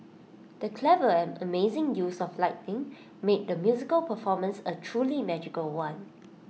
the clever and amazing use of lighting made the musical performance A truly magical one